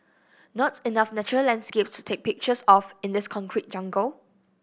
not enough natural landscapes to take pictures of in this concrete jungle